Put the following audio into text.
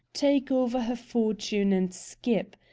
take over her fortune, and skip.